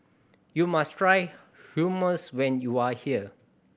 you must try Hummus when you are here